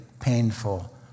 painful